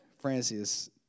Francis